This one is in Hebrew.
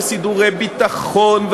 וסידורי ביטחון,